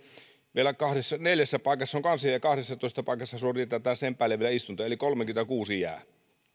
vielä neljässä paikassa on kanslia ja kahdessatoista paikassa suoritetaan sen päälle vielä istuntoja eli kolmekymmentäkuusi jää